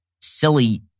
silly